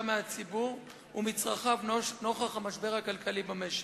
מהציבור ומצרכיו נוכח המשבר הכלכלי במשק.